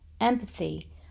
empathy